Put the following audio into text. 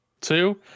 Two